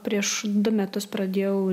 prieš du metus pradėjau